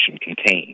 contained